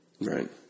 Right